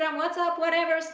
whats-app, whatever, so